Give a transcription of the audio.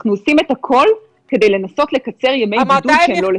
אנחנו עושים את הכול כדי לנסות לקצר ימי בידוד שהם לא לצורך,